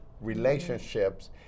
relationships